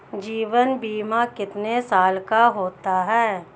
जीवन बीमा कितने साल का होता है?